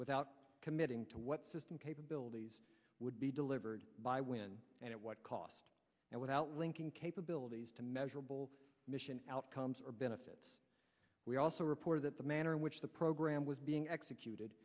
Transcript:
without committing to what system capabilities would be delivered by when and at what cost and without linking capabilities to measurable mission outcomes or benefits we also reported that the manner in which the program was being executed